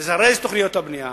לזרז את תוכניות הבנייה